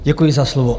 Děkuji za slovo.